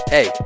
Hey